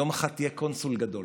יום אחד תהיה קונסול גדול.